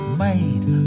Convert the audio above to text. made